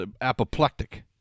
apoplectic